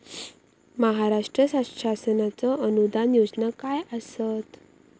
महाराष्ट्र शासनाचो अनुदान योजना काय आसत?